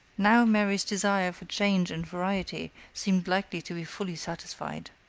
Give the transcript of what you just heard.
now mary's desire for change and variety seemed likely to be fully satisfied.